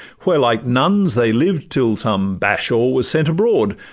where like nuns they lived till some bashaw was sent abroad,